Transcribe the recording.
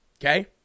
okay